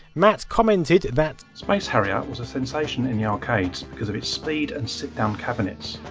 matt commented that space harrier was a sensation in the arcades because of its speed and sit-down cabinets.